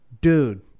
dude